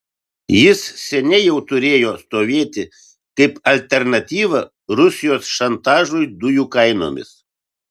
jis seniai jau turėjo stovėti kaip alternatyva rusijos šantažui dujų kainomis